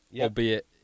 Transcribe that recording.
albeit